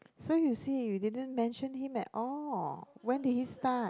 so you see you didn't mention him at all when did he start